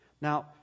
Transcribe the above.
Now